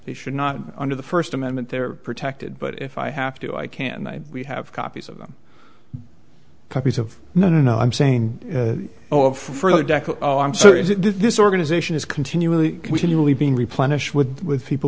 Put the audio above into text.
they should not under the first amendment they're protected but if i have to i can i we have copies of copies of no no i'm saying oh for deco i'm so is this organization is continually continually being replenished with people